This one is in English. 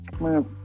Man